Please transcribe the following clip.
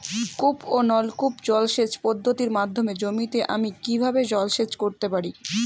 কূপ ও নলকূপ জলসেচ পদ্ধতির মাধ্যমে জমিতে আমি কীভাবে জলসেচ করতে পারি?